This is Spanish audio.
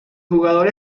jugador